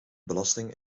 belasting